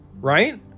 right